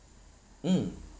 mm